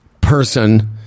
person